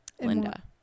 linda